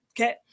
Okay